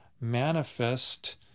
manifest